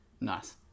Nice